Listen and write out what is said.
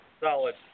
Solid